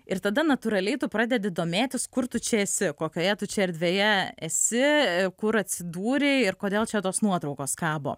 ir tada natūraliai tu pradedi domėtis kur tu čia esi kokioje tu čia erdvėje esi kur atsidūrei ir kodėl čia tos nuotraukos kabo